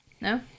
No